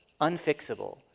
unfixable